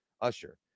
Usher